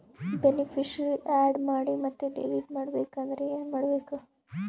Beneficiary, add ಮಾಡಿ ಮತ್ತೆ delete ಮಾಡಬೇಕೆಂದರೆ ಏನ್ ಮಾಡಬೇಕು?